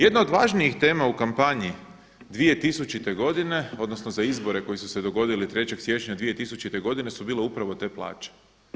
Jedna od važnijih tema u kampanji 2000. godine odnosno za izbore koji su se dogodili 3. siječnja 2000. godine su bile upravo te plaće.